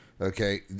Okay